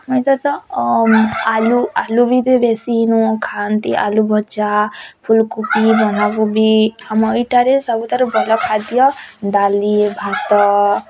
ଅଇଁଛା ତ ଆଲୁ ଆଲୁ ବି ତ ବେଶୀ ଖାଆନ୍ତି ଆଲୁ ଭଜା ଫୁଲକୋବି ବନ୍ଧାକୋବି ଆମ ଏଇଟାରେ ସବୁଠାରୁ ଭଲ ଖାଦ୍ୟ ଡାଲି ଭାତ